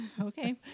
okay